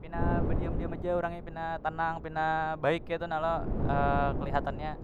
Pina badiam- diam haja urang nya pina tenang pina baik ketu na lo keliatannya